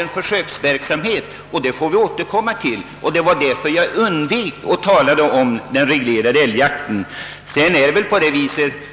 En försöksverksamhet pågår, och vi får väl återkomma till den saken. Därför undvek jag att tala om den reglerade älgjakten.